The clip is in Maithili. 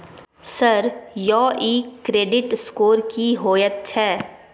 सर यौ इ क्रेडिट स्कोर की होयत छै?